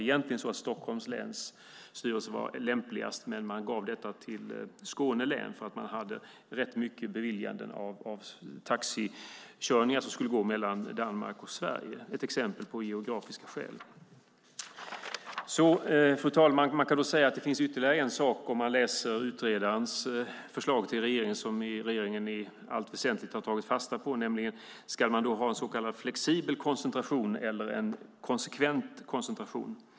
Egentligen var Stockholms länsstyrelse lämpligast, men detta gavs till Skåne län, för man hade rätt mycket beviljanden av taxikörningar som skulle gå mellan Danmark och Sverige. Det är ett exempel på geografiska skäl. Fru talman! Man kan säga att det finns ytterligare en sak i utredarens förslag till regeringen som regeringen i allt väsentligt har tagit fasta på. Det gäller om man ska ha en så kallad flexibel koncentration eller en konsekvent koncentration.